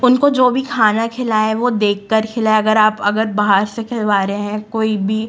उनको जो भी खाना खिलाएँ वो देख कर खिलाएँ अगर आप अगर बाहर से खिलवा रहें हैं कोई भी